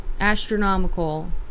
astronomical